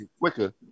quicker